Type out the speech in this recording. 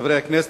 חברי הכנסת,